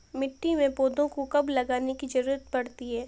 मिट्टी में पौधों को कब लगाने की ज़रूरत पड़ती है?